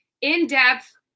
in-depth